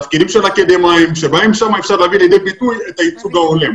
תפקידים של אקדמאיים שבהם אפשר להביא לידי ביטוי את הייצוג ההולם.